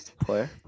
player